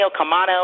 Camano